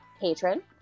patron